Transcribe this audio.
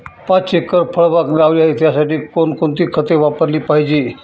पाच एकर फळबाग लावली आहे, त्यासाठी कोणकोणती खते वापरली पाहिजे?